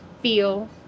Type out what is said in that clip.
feel